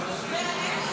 במליאה.